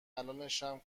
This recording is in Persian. الانشم